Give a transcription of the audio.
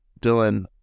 Dylan